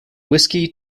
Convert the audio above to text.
whiskey